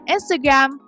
Instagram